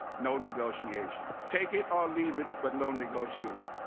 no negotiation. take it or leave it, but no negotiation.